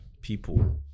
people